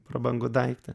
prabangų daiktą